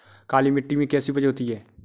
काली मिट्टी में कैसी उपज होती है?